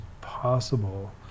possible